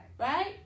Right